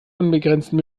unbegrenzten